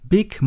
Big